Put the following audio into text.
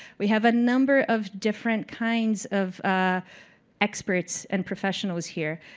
we have a number of different kinds of experts and professionals here